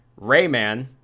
Rayman